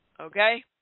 Okay